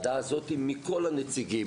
כל הנציגים.